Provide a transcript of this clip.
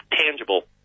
tangible